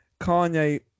Kanye